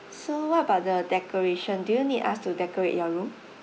so what about the decoration do you need us to decorate your room